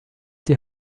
die